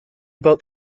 boat